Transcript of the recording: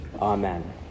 Amen